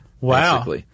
Wow